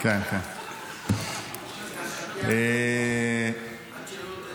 עד שלא תדע לעשות את זה, אל תדבר.